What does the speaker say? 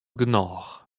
genôch